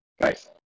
Nice